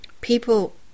people